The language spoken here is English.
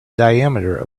diameter